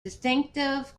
distinctive